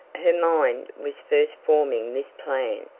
her mind was first forming this plan,